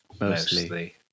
Mostly